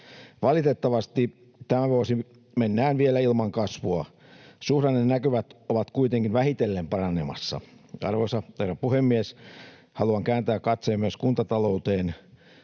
Valitettavasti tämä vuosi mennään vielä ilman kasvua. Suhdannenäkymät ovat kuitenkin vähitellen paranemassa. Arvoisa herra puhemies! Haluan kääntää katseen myös kuntatalouteen.